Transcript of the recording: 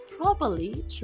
properly